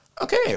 Okay